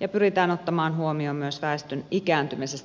ja pyritään ottamaan huomioon myös väestön ikääntymisestä syntyviä tarpeita